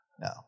No